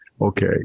Okay